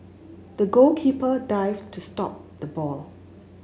the goalkeeper dived to stop the ball